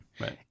right